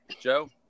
Joe